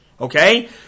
Okay